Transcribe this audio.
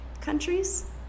countries